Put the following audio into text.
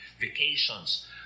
vacations